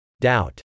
doubt